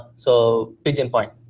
so pigeon point,